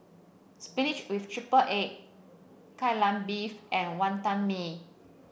Spinach with triple egg Kai Lan Beef and Wantan Mee